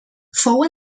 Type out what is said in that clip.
fou